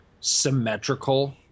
symmetrical